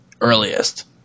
earliest